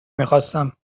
میخواستم